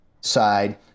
side